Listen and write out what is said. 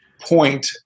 point